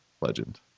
legend